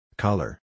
Color